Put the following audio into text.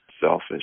selfish